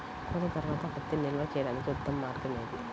కోత తర్వాత పత్తిని నిల్వ చేయడానికి ఉత్తమ మార్గం ఏది?